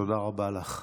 תודה רבה לך.